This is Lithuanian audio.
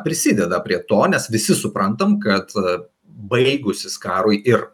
prisideda prie to nes visi suprantam kad baigusis karui ir